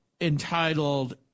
entitled